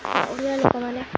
ଓଡ଼ିଆ ଲୋକମାନେ